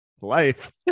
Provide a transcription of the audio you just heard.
life